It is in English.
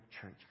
church